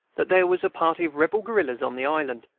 that there was a party of rebel guerillas on the island,